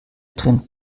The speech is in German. trennt